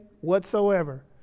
whatsoever